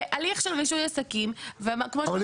בהליך של רישוי עסקים --- אבל,